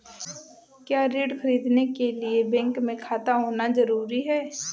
क्या ऋण ख़रीदने के लिए बैंक में खाता होना जरूरी है?